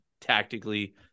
tactically